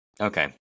Okay